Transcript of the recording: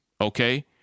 Okay